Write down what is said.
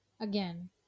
Again